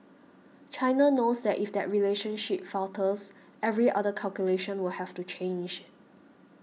China knows that if that relationship falters every other calculation will have to change